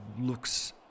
looks